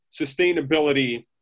sustainability